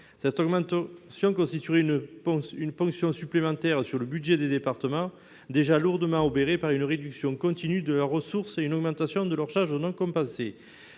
Cette augmentation constituerait une ponction supplémentaire sur les budgets des départements, déjà lourdement obérés par une réduction continue de leurs ressources et une augmentation de leurs charges non compensées.